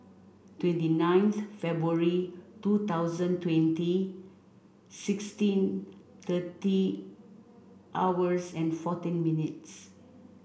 twenty ninth February two thousand twenty sixteen thirty hours and fourteen minutes